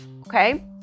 Okay